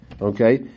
Okay